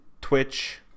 Twitch